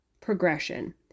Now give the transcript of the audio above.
progression